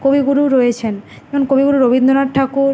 কবিগুরু রয়েছেন কবিগুরু রবীন্দনাথ ঠাকুর